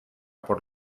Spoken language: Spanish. por